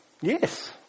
yes